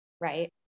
right